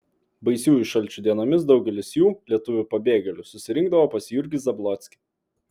baisiųjų šalčių dienomis daugelis jų lietuvių pabėgėlių susirinkdavo pas jurgį zablockį